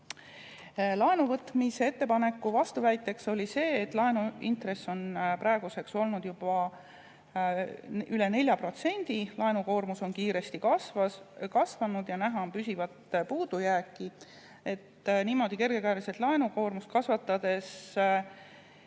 Laenuvõtmise ettepaneku vastuväiteks oli see, et laenuintress on praeguseks juba üle 4%, laenukoormus on kiiresti kasvanud ja näha on püsivat puudujääki. Niimoodi kergekäeliselt laenukoormust kasvatades,